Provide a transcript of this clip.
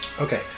Okay